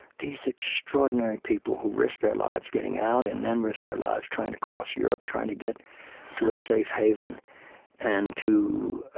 these extraordinary people who risked their lives getting out and then risked their lives trying to cross europe, trying to get to a safe haven and to